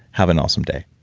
have an awesome day